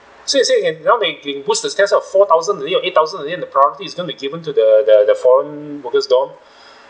so you say you can now they can push the stats out four thousand a day or eight thousand a day and the priority is going to given to the the the foreign workers' dorm